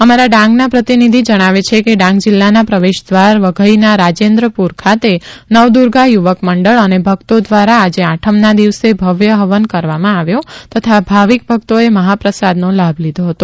અમારા ડાંગના પ્રતિનીધિ જણાવે છે કે ડાંગ જીલ્લાના પ્રવેશદ્વાર વધઈના રાજેન્દ્રપુર ખાતે નવદુર્ગા યુવક મંડળ અને ભકતો દ્વારા આજે આઠમના દિવસે ભવ્ય હવન કરવામાં આવ્યો તથા ભાવિક ભકતોએ મહાપ્રસાદનો લાભ લીધો હતો